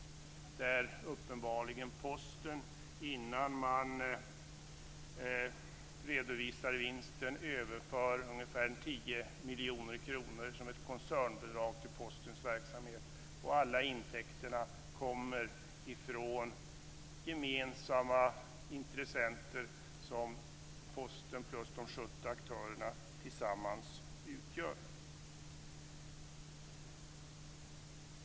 Posten överför uppenbarligen, innan vinsten redovisas, ungefär 10 miljoner kronor som ett koncernbidrag till Postens verksamhet. Alla intäkterna kommer från gemensamma intressenter, som utgörs av Posten plus de 70 aktörerna tillsammans.